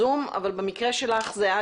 אני נמצאת באזכרה בבית העלמין, ועליתי.